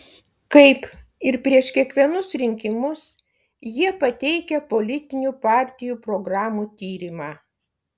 kaip ir prieš kiekvienus rinkimus jie pateikia politinių partijų programų tyrimą